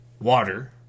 water